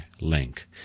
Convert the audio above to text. link